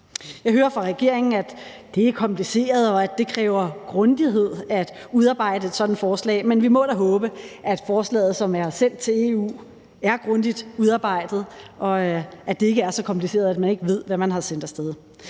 Jeg hører fra regeringen, at det er kompliceret, og at det kræver grundighed at udarbejde et sådant forslag. Men vi må da håbe, at forslaget, som er sendt til EU, er grundigt udarbejdet, og at det ikke er så kompliceret, at man ikke ved, hvad man har sendt af sted.